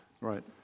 Right